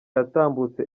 yatambutse